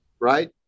right